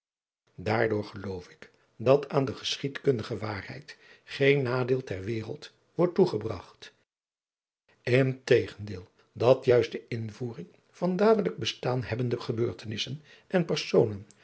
daardoor geloof ik dat aan de geschiedkundige waarheid geen nadeel ter wereld wordt toegebragt integendeel dat juist de invoering van dadelijk bestaan hebbende gebeurtenissen en personen